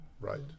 Right